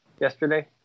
yesterday